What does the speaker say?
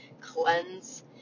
cleanse